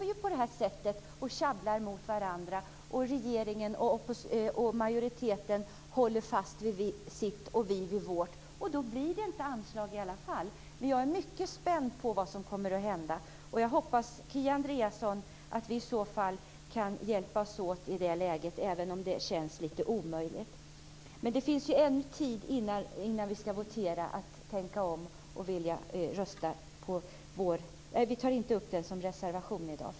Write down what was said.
Då kommer vi att stå och tjafsa med varandra - majoriteten håller fast vid sin uppfattning och vi vid vår, och då blir det inte några anslag. Jag är mycket spänd på vad som kommer att hända, och jag hoppas, Kia Andreasson, att vi kan hjälpas åt i det läget, även om det skulle kännas omöjligt. Det finns ännu tid att tänka om före voteringen.